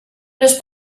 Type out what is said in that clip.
los